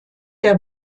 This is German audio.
der